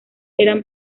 eran